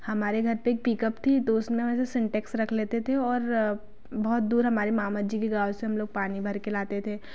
हमारे घर पे एक पिकअप थी तो उसमें है न सिंटेक्स रख लेते थे और बहुत दूर हमारे मामा जी की गाँव से हम लोग पानी भर के लाते थे